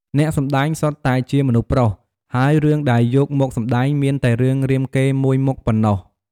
អ្នកសម្ដែងសុទ្ធតែជាមនុស្សប្រុស ហើយរឿងដែលយកមកសម្តែងមានតែរឿងរាមកេរ្តិ៍មួយមុខប៉ុណ្ណោះ។